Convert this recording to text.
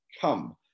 come